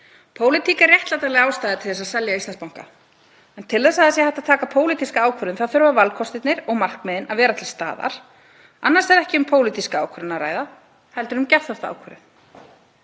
Pólitík er réttlætanleg ástæða til að selja Íslandsbanka, en til þess að hægt sé að taka pólitíska ákvörðun þá þurfa valkostirnir og markmiðin að vera til staðar, annars er ekki um pólitíska ákvörðun að ræða heldur geðþóttaákvörðun.